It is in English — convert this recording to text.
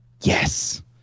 yes